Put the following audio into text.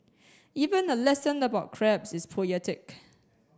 even a lesson about crabs is poetic